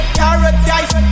paradise